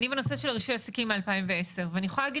אני בנושא של הרישוי עסקים מ-2010 ואני יכולה להגיד